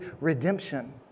redemption